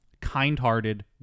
kind-hearted